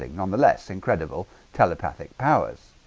like nonetheless incredible telepathic powers